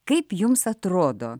kaip jums atrodo